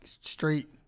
straight